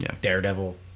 daredevil